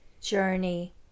journey